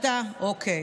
אתה, אוקיי.